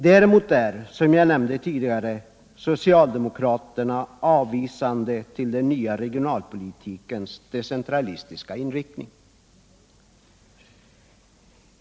Däremot är, som jag nämnde tidigare, socialdemokraterna avvisande till den nya regionalpolitikens decentralistiska inriktning.